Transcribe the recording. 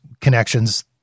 connections